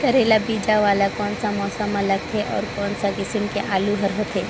करेला बीजा वाला कोन सा मौसम म लगथे अउ कोन सा किसम के आलू हर होथे?